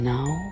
now